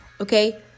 okay